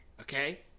Okay